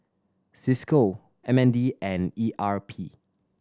Cisco M N D and E R P